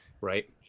right